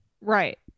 Right